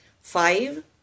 five